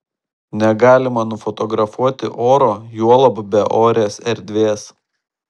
negalima nufotografuoti oro juolab beorės erdvės